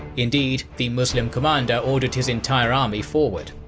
indeed the muslim commander ordered his entire army forward.